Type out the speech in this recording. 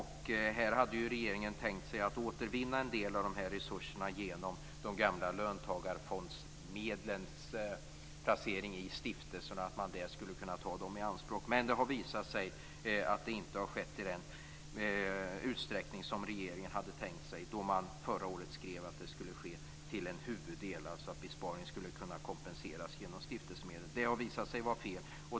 Här hade regeringen tänkt sig att återvinna en del av de resurserna genom att ändra löntagarfondsmedlens placering i stiftelserna för att kunna ta dem i anspråk. Men det har visat sig att det inte har skett i den utsträckning som regeringen hade tänkt sig då man förra året skrev att det skulle ske till en huvuddel, dvs. att besparingen skulle kunna kompenseras genom stiftelsemedel. Det har visat sig vara fel.